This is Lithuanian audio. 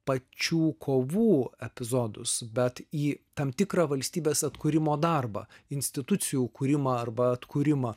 pačių kovų epizodus bet į tam tikrą valstybės atkūrimo darbą institucijų kūrimą arba atkūrimą